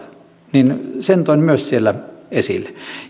toin myös esille